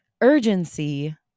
urgency